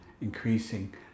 increasing